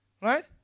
right